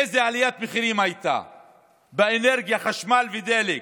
איזו עליית מחירים הייתה באנרגיה, חשמל ודלק?